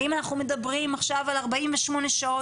ואם אנחנו מדברים עכשיו על ארבעים ושמונה שעות,